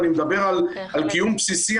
ואני מדבר על קיום בסיסי,